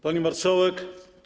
Pani Marszałek!